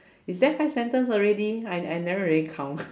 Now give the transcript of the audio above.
is that five sentence already I I never really count